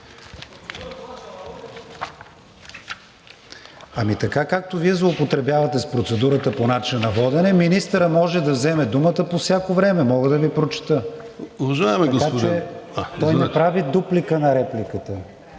Ами така, както Вие злоупотребявате с процедурата по начина на водене – министърът може да вземе думата по всяко време. Мога да Ви прочета. Така че той направи дуплика на репликата.